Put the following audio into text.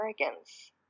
arrogance